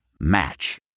Match